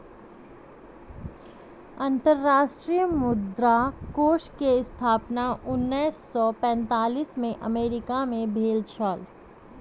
अंतर्राष्ट्रीय मुद्रा कोष के स्थापना उन्नैस सौ पैंतालीस में अमेरिका मे भेल छल